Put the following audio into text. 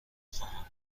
خواهم